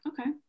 okay